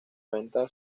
venta